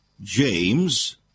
James